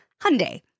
Hyundai